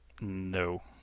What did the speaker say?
No